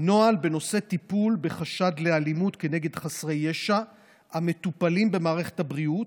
נוהל בנושא טיפול בחשד לאלימות נגד חסרי ישע המטופלים במערכת הבריאות,